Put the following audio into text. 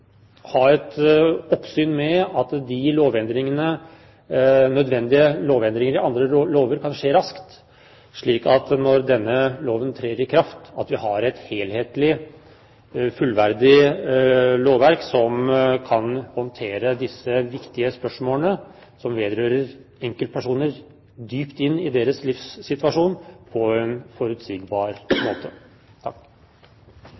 ha et oppsyn med at nødvendige lovendringer i andre lover kan skje raskt, slik at vi, når denne loven trer i kraft, har et helhetlig, fullverdig lovverk som kan håndtere disse viktige spørsmålene som vedrører enkeltpersoner dypt inn i deres livssituasjon, på en forutsigbar